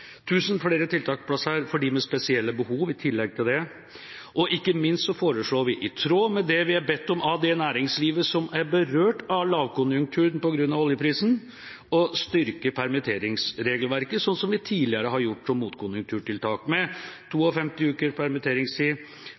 000 flere tiltaksplasser for dem med spesielle behov i tillegg til det. Ikke minst foreslår vi, i tråd med det vi er bedt om av det næringslivet som er berørt av lavkonjunkturen på grunn av oljeprisen, å styrke permitteringsregelverket, sånn som vi tidligere har gjort motkonjunkturtiltak, med 52 uker permitteringstid,